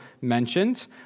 mentioned